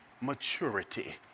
maturity